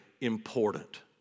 important